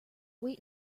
wait